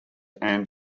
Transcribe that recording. anne